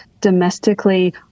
domestically